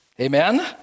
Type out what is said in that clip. Amen